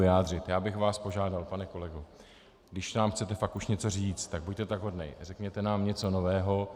Já bych vás požádal, pane kolego, když nám chcete fakt už něco říct, tak buďte tak hodný a řekněte nám něco nového.